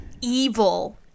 evil